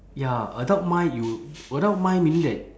ya adult mind you adult mind meaning that